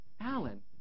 Alan